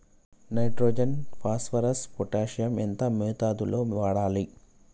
Nitrogen phosphorus potassium ఎంత మోతాదు లో వాడాలి?